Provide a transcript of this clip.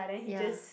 ya